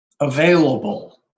available